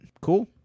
Cool